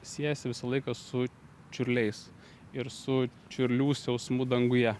siejasi visą laiką su čiurliais ir su čiurlių siausmu danguje